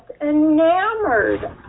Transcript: enamored